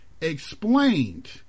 explained